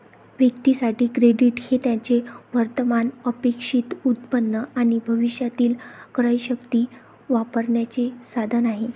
व्यक्तीं साठी, क्रेडिट हे त्यांचे वर्तमान अपेक्षित उत्पन्न आणि भविष्यातील क्रयशक्ती वापरण्याचे साधन आहे